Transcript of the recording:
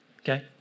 okay